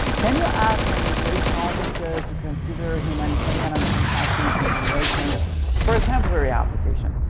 can you ah ask an immigration officer to consider humanitarian and compassionate considerations for a temporary application?